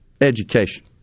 education